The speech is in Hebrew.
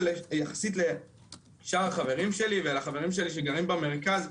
יחסית לשאר החברים שלי ולחברים שלי שגרים במרכז,